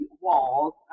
walls